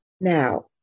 Now